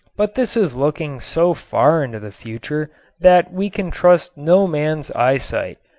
but this is looking so far into the future that we can trust no man's eyesight,